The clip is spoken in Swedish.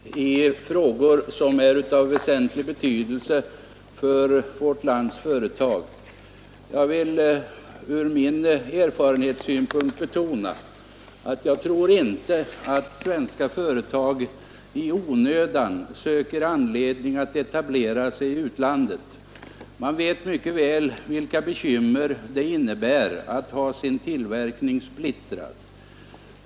Herr talman! Jag har med stort intresse följt den debatt som här har ägt rum i frågor av väsentlig betydelse för vårt lands företag. Jag vill ur min erfarenhetssynpunkt betona att jag inte tror att svenska företag i onödan söker etablera sig i utlandet. Man vet mycket väl vilka bekymmer det innebär att ha sin tillverkning splittrad.